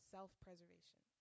Self-preservation